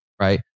Right